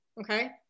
okay